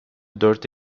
dört